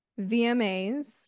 VMA's